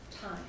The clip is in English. time